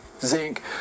zinc